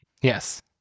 Yes